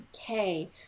Okay